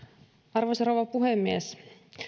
arvoisa rouva puhemies